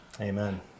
Amen